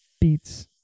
beats